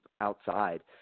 outside